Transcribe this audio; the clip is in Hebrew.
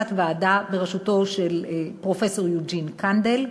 תת-ועדה בראשותו של פרופסור יוג'ין קנדל,